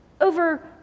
over